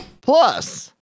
Plus